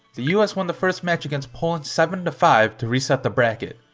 the us won the first match against poland seven five to reset the bracket,